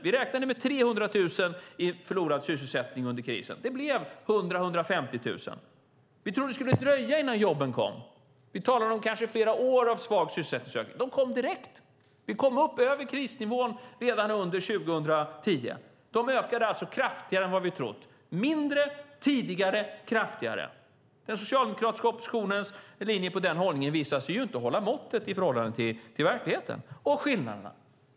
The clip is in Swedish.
Vi räknade med 300 000 i förlorad sysselsättning under krisen. Det blev 100 000-150 000. Vi trodde att det skulle dröja innan jobben kom. Vi talar om kanske flera år av svag sysselsättningsökning. Jobben kom direkt. Vi kom upp över krisnivån redan under 2010. Jobben ökade kraftigare än vad vi hade trott. Det blev alltså mindre, tidigare och kraftigare. Den socialdemokratiska oppositionens linje när det gäller denna hållning visar sig inte hålla måttet i förhållande till verkligheten. Det handlar om skillnaderna.